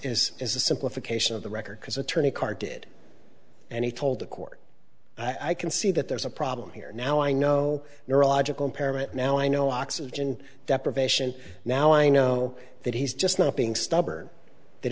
is is a simplification of the record because attorney carr did and he told the court i can see that there's a problem here now i know neurological impairment now i know oxygen deprivation now i know that he's just not being stubborn that